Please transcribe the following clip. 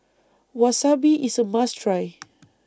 Wasabi IS A must Try